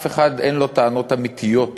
אף אחד אין לו טענות אמיתיות